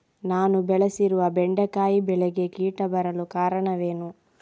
ನಾನು ಬೆಳೆಸಿರುವ ಬೆಂಡೆಕಾಯಿ ಬೆಳೆಗೆ ಕೀಟ ಬರಲು ಕಾರಣವೇನು?